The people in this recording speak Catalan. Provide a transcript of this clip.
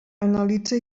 analitza